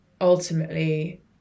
ultimately